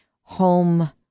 home